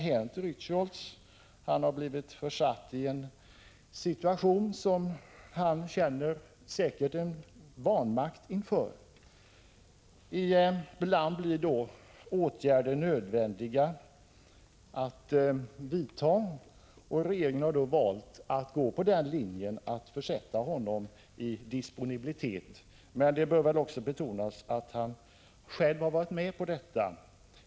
Han har blivit försatt i en situation som han säkert känner en vanmakt inför. Ibland blir åtgärder nödvändiga att vidta, och regeringen har valt att gå på linjen att försätta honom i disponibilitet, men det bör också betonas att han själv har varit med på detta.